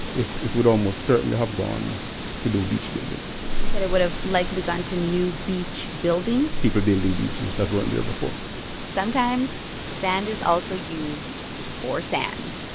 it it would almost certainly have gone to do beach building you said it would have likely gone to new beach building people building beaches that weren't there before sometimes sand is also used for sand.